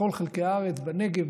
בכל חלקי הארץ: בנגב,